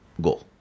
go